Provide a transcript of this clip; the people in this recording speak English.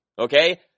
okay